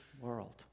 world